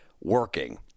working